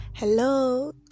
hello